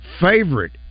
favorite